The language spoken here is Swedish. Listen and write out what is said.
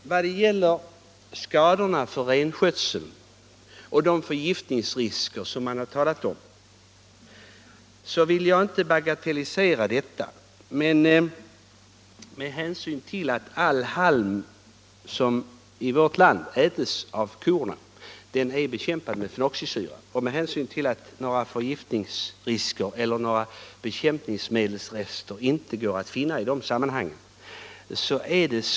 Man har talat om skador för renskötseln och om förgiftningsrisker. Jag vill inte bagatellisera riskerna. Men det är dock så att all halm som i vårt land äts av korna är bekämpad med fenoxisyror. Några förgiftningsrisker eller rester av bekämpningsmedel går inte att finna i de sam 13 manhangen.